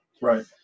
Right